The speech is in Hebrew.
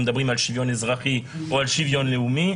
מדברים על שוויון אזרחי או על שוויון לאומי,